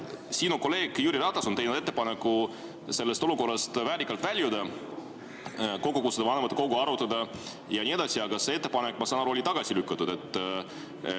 Sinu hea kolleeg Jüri Ratas on teinud ettepaneku sellest olukorrast väärikalt väljuda, kokku kutsuda vanematekogu, arutada ja nii edasi. Aga see ettepanek, ma saan aru, on tagasi lükatud.